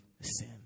sin